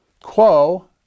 quo